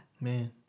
Man